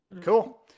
cool